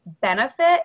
benefit